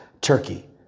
Turkey